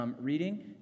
reading